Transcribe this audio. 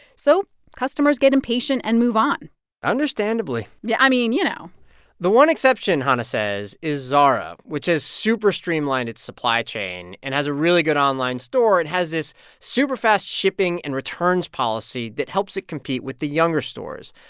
so customers get impatient and move on understandably yeah i mean, you know the one exception, chana says, is zara, which has super streamlined its supply chain and has a really good online store. it has this superfast shipping and returns policy that helps it compete with the younger stores.